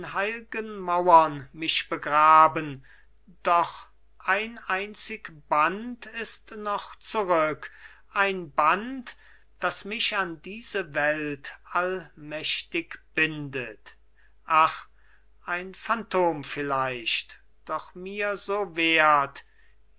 heilgen mauern mich begraben doch ein einzig band ist noch zurück ein band das mich an diese welt allmächtig bindet ach ein phantom vielleicht doch mir so wert